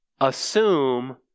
Assume